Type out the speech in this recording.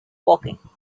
woking